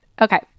Okay